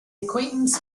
acquaintance